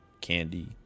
candy